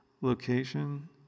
location